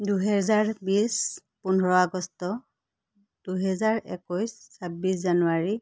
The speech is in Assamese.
দুহেজাৰ বিছ পোন্ধৰ আগষ্ট দুহেজাৰ একৈছ ছাব্বিছ জানুৱাৰী